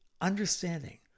understanding